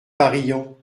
barillon